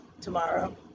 tomorrow